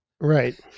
right